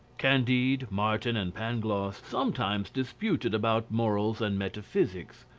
candide, martin, and pangloss sometimes disputed about morals and metaphysics.